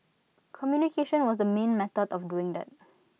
communication was the main method of doing that